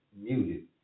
muted